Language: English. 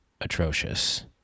atrocious